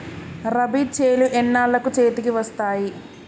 రబీ చేలు ఎన్నాళ్ళకు చేతికి వస్తాయి?